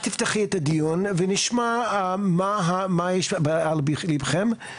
את תפתחי את הדיון ונשמע מה יש על לבכם.